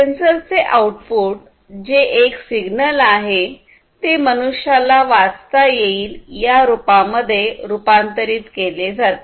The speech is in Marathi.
सेंसरचे आउटपुट जे एक सिग्नल आहे ते मनुष्याला वाचता येईल या रूपामध्ये रूपांतरित केले जाते